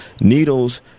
Needle's